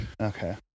Okay